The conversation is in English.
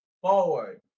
Forward